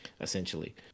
essentially